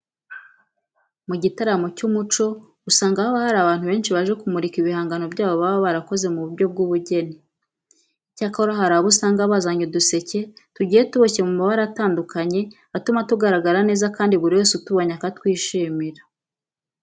Mu gitaramo cy'umuco usanga haba hari abantu benshi baje kumurika ibihangano byabo baba barakoze mu buryo bw'ubugeni. Icyakora hari abo usanga bazanye uduseke tugiye tuboshye mu mabara atandukanye atuma tugaragara neza kandi buri wese utubonye akatwishimira.